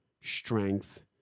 strength